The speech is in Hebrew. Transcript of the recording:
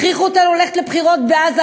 הכריחו אותנו ללכת לבחירות בעזה,